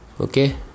Okay